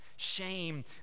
Shame